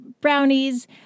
brownies